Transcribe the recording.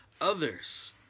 others